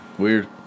Weird